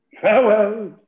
Farewell